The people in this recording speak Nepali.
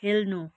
खेल्नु